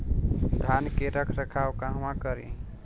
धान के रख रखाव कहवा करी?